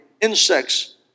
insects